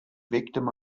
victim